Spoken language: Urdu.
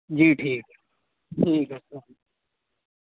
جی ٹھیک ٹھیک ہے